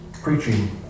preaching